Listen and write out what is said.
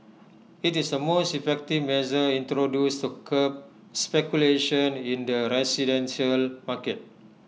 IT is the most effective measure introduced to curb speculation in the residential market